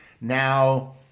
Now